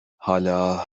حالا